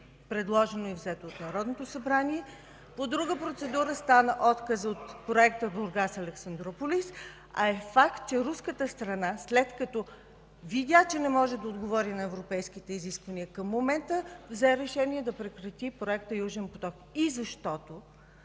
предложено и взето от Народното събрание... По друга процедура стана отказа от Проекта „Бургас–Александруполис”, а е факт, че руската страна, след като видя, че не може да отговори на европейските изисквания към момента, взе решение да прекрати Проекта „Южен поток”. И защото